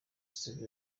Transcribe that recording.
steve